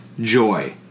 joy